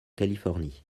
californie